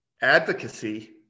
advocacy